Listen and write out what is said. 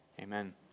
amen